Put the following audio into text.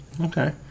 Okay